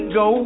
go